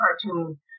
cartoon